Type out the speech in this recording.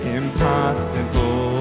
impossible